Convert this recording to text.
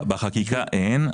בחקיקה אין,